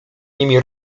nimi